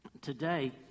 today